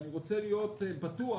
אני רוצה להיות בטוח